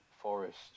Forest